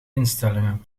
instellingen